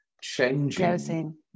changing